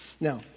Now